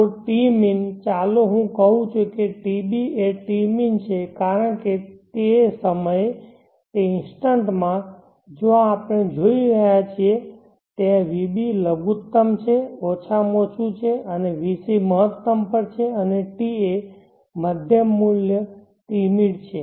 તો tmin ચાલો હું કહું છું કે tb એ tmin છે કારણ કે તે તે સમયે તે ઇન્સ્ટન્ટમાં જ્યાં આપણે જોઈ રહ્યા છીએ તે vB લઘુત્તમ છે ઓછામાં ઓછું છે અને vc મહત્તમ પર છે અને ta મધ્યમ મૂલ્ય tmid છે